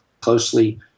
closely